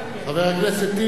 חבר הכנסת טיבי,